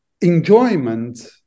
enjoyment